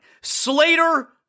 Slater